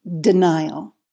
denial